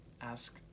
ask